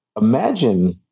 imagine